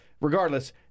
regardless